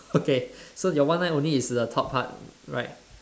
okay so your one line only is the top part right